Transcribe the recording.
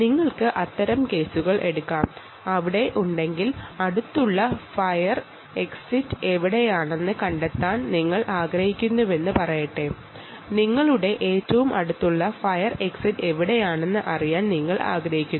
നിങ്ങൾ അവിടെ ഉണ്ടെങ്കിൽ അടുത്തുള്ള ഫയർ എക്സിറ്റ് എവിടെയാണെന്ന് നിങ്ങൾക്ക് കണ്ടെത്തണം